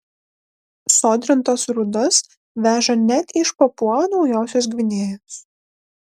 sodrintas rūdas veža net iš papua naujosios gvinėjos